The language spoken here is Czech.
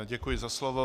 Děkuji za slovo.